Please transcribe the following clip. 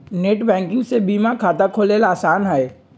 net banking से बीमा खाता खोलेला आसान हई